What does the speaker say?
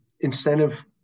incentive